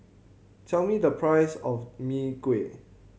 tell me the price of Mee Kuah